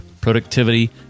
productivity